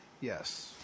Yes